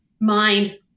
mind